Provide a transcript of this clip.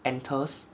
enters